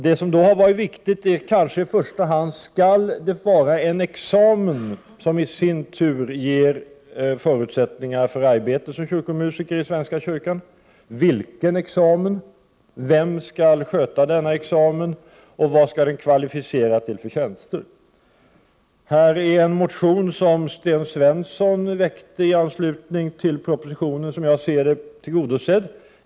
Det som har varit viktigt att diskutera är i första hand om det skall krävas en examen som i sin tur ger förutsättningar för arbete som kyrkomusiker i svenska kyrkan, vidare vilken examen, vem som skall svara för examen och vilka tjänster den skall kvalificera till. Här är en motion som väckts av Sten Svensson i anslutning till propositionen, och som jag ser det är den tillgodosedd.